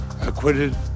acquitted